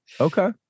okay